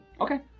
Okay